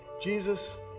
Jesus